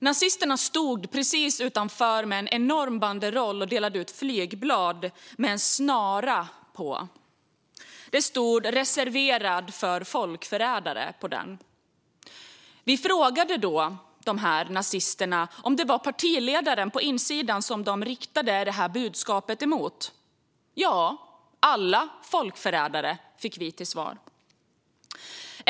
Nazisterna stod precis utanför med en enorm banderoll och delade ut flygblad med en bild på en snara. Det stod "Reserverad för folkförrädare" på bilden. Vi frågade nazisterna om det var partiledaren på insidan som de riktade budskapet mot. Ja, alla folkförrädare, fick vi till svar.